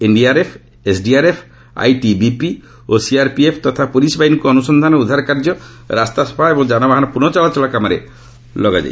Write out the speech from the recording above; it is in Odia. ଏନ୍ଡିଆର୍ଏଫ୍ ଏସ୍ଡିଆର୍ଏଫ୍ ଆଇଟିବିପି ଓ ସିଆର୍ପିଏଫ୍ ତଥା ପୁଲିସ୍ ବାହିନୀକୁ ଅନୁସନ୍ଧାନ ଉଦ୍ଧାର କାର୍ଯ୍ୟ ରାସ୍ତା ସଫା ଏବଂ ଯାନବାହନ ପୁନଃ ଚଳାଚଳ କାମରେ ଲଗାଯାଇଛି